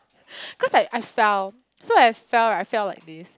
cause like I fell so I fell right I fell like this